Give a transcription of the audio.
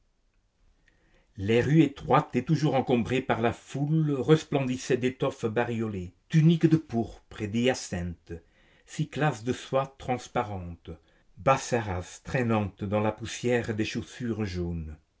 les rues étroites et toujours encombrées par la foule resplendissaient d'étoffes bariolées tuniques de pourpre et d'hyacinthe cyclas de soies transparentes bassaras traînantes dans la poussière des chaussures jaunes